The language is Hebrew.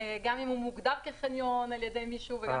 גם אם הוא מוגדר כחניון על-ידי מישהו וגם